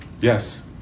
yes